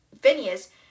Phineas